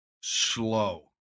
slow